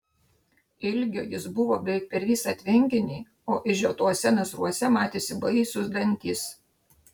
ilgio jis buvo beveik per visą tvenkinį o išžiotuose nasruose matėsi baisūs dantys